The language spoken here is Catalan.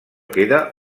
queda